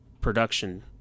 production